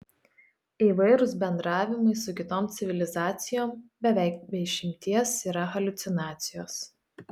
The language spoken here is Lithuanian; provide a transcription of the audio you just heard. įvairūs bendravimai su kitom civilizacijom beveik be išimties yra haliucinacijos